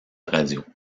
radio